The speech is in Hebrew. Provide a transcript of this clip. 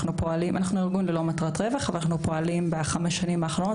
אנחנו ארגון ללא מטרות רווח ופועלים בחמש השנים האחרונות